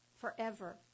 forever